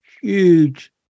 Huge